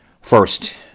First